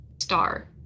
star